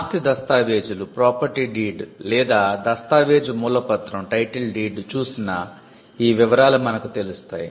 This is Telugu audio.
ఆస్తి దస్తావేజులు చూసినా ఈ వివరాలు మనకు తెలుస్తాయి